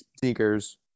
sneakers